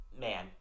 man